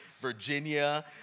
Virginia